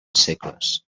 segles